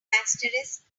asterisk